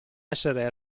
essere